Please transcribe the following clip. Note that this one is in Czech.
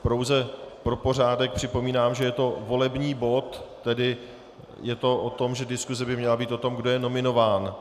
Pouze pro pořádek připomínám, že je to volební bod, tedy je to o tom, že diskuse by měla být o tom, kdo je nominován.